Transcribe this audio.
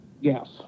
Yes